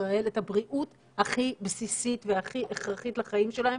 ישראל את הבריאות הכי בסיסית והכרחית לחיים שלהם